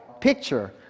picture